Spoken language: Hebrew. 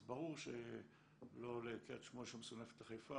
אז ברור שלקריית שמונה שמסונפת לחיפה